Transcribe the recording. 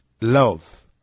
Love